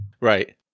right